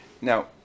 Now